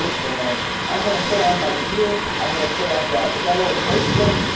and i'm going to put on my gear. i'm going to put on that yellow bracelet.